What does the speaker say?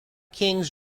kings